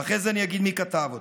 ואחרי זה אני אגיד מי כתב אותו: